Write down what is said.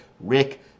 Rick